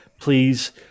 Please